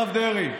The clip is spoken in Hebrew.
הרב דרעי?